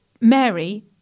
Mary